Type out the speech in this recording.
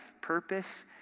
purpose